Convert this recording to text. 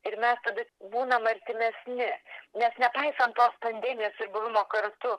ir mes tada būnam artimesni nes nepaisant tos pandemijos ir buvimo kartu